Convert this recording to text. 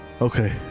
Okay